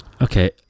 Okay